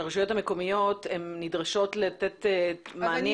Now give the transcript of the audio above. שהרשויות המקומיות נדרשות לתת מענים,